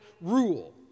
rule